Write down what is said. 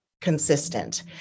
consistent